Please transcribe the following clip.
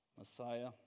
Messiah